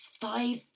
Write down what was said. five